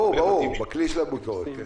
ברור, בכלי של הביקורת.